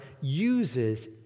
uses